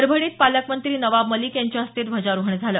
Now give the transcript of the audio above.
परभणीत पालकमंत्री नवाब मलिक यांच्या हस्ते ध्वजारोहण झालं